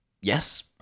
yes